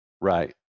Right